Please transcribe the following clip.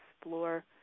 explore